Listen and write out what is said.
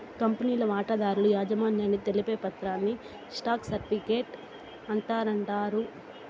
కంపెనీల వాటాదారుల యాజమాన్యాన్ని తెలిపే పత్రాని స్టాక్ సర్టిఫీకేట్ అంటాండారు